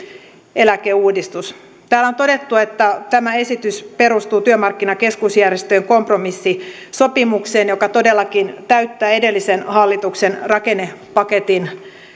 eläkeuudistus täällä on todettu että tämä esitys perustuu työmarkkinakeskusjärjestöjen kompromissisopimukseen joka todellakin täyttää edellisen hallituksen rakennepaketin